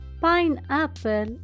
Pineapple